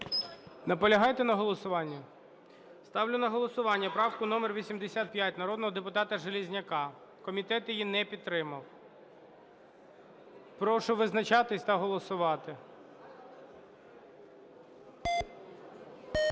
Наполягаєте на голосуванні? Ставлю на голосування правку номер 85 народного депутата Железняка. Комітет її не підтримав. Прошу визначатись та голосувати.